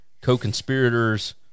co-conspirators